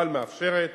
אבל מאפשרת